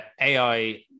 AI